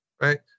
right